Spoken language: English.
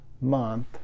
month